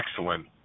Excellent